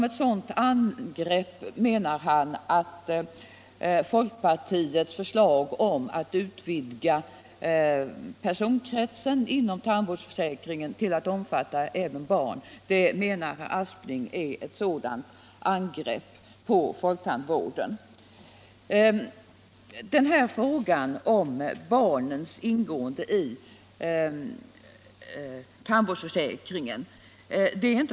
Ett sådant angrepp på folktandvården menar han att folkpartiets förslag är om att utvidga personkretsen inom tandvårdsförsäkringen till att omfatta även barn.